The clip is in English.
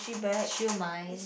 siew-mai